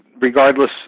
regardless